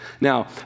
Now